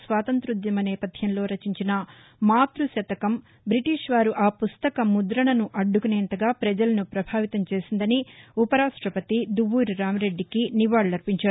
స్వాతంత్ర్య ఉద్యమ నేపథ్యంలో రచించిన మాతృశతకం బ్రిటీష్ వారు ఆ పుస్తక ముద్రణను అద్దుకునేంతగా ప్రజలను ప్రభావితం చేసిందని ఉపరాష్ట్రపతి దువ్వూరి రామిరెడ్డికి నివాళులర్పించారు